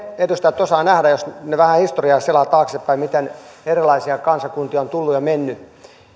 edustajat osaavat nähdä jos vähän historiaa selaavat taaksepäin miten erilaisia kansakuntia on tullut ja mennyt